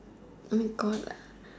Oh my God